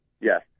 yes